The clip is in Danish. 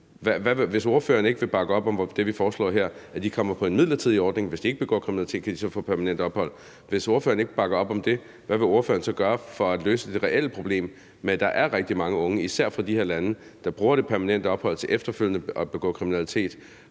Hvis ordføreren ikke vil bakke op om det, vi foreslår her, nemlig at de kommer på en midlertidig ordning, og at de, hvis de ikke begår kriminalitet, så kan få permanent ophold, hvad vil ordføreren så gøre for at løse det reelle problem med, at der er rigtig mange unge især fra de her lande, der bruger det permanente ophold til efterfølgende at begå kriminalitet